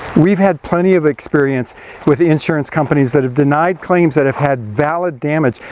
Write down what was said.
we've had plenty of experience with insurance companies that have denied claims that have had valid damage,